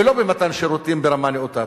ולא במתן שירותים ברמה נאותה.